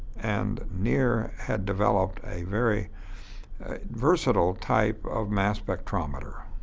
and nier had developed a very versatile type of mass spectrometer.